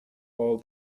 all